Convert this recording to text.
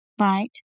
Right